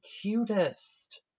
cutest